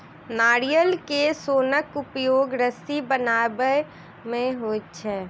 नारियल के सोनक उपयोग रस्सी बनबय मे होइत छै